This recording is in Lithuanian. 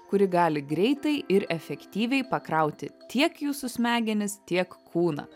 kuri gali greitai ir efektyviai pakrauti tiek jūsų smegenis tiek kūną